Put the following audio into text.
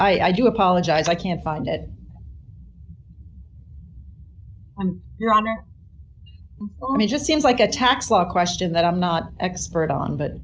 sorry i do apologize i can't find it on your honor only just seems like a tax law question that i'm not expert on but